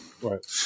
Right